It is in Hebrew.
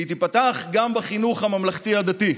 והיא תיפתח גם בחינוך הממלכתי-דתי.